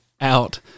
out